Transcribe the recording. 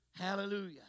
Hallelujah